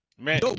Man